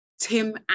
Tim